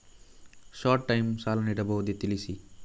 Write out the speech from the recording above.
Short time ಸಾಲ ನೀಡಬಹುದೇ ತಿಳಿಸಿ?